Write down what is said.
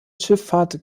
schifffahrt